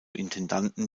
intendanten